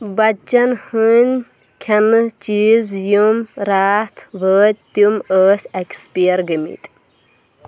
بچن ہٕنٛدۍ کھٮ۪نہ چیٖز یِم راتھ وٲتۍ تِم ٲسۍ ایٚکسپایر گٔمٕتۍ